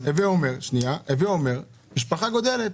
הווה אומר, משפחה גודלת,